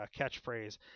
catchphrase